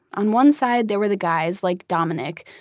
on one side there were the guys like dominic,